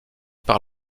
par